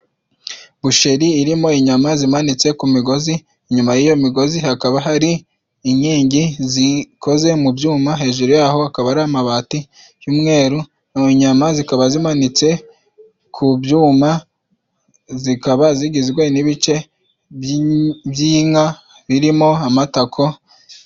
busheri irimo inyama zimanitse ku migozi inyuma y'iyo migozi hakaba hari inkingi zikoze mu byuma hejuru yaho akaba ari amabati y'umweru nyama zikaba zimanitse ku byuma zikaba zigizwe n'ibice by'inka birimo amatako